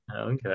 Okay